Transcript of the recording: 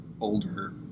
older